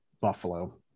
Buffalo